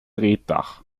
reetdach